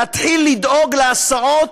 להתחיל לדאוג להסעות,